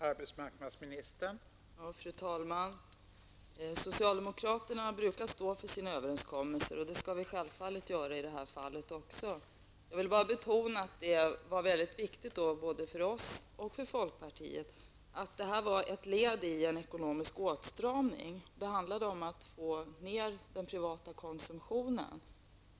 Fru talman! Socialdemokraterna brukar stå för sina överenskommelser. Det skall vi självfallet göra också i detta fall. Jag vill betona att det var mycket viktigt både för oss och folkpartiet att detta förslag var ett led i en ekonomisk åtstramning. Det handlade om att få ner den privata konsumtionen.